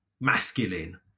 masculine